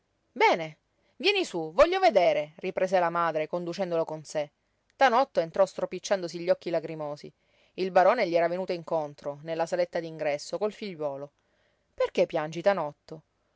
bene vieni sú voglio vedere riprese la madre conducendolo con sé tanotto entrò stropicciandosi gli occhi lagrimosi il barone gli era venuto incontro nella saletta d'ingresso col figliuolo perché piangi tanotto